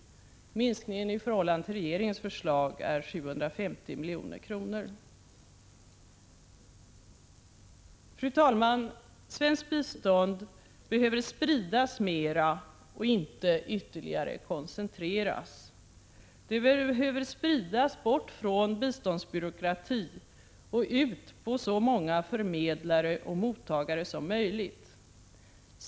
Minskningen i förhållande till regeringens förslag är 750 milj.kr. Fru talman! Svenskt bistånd behöver spridas mera och inte ytterligare koncentreras. Det behöver spridas bort från biståndsbyråkrati och ut på så många förmedlare och mottagare som möjligt.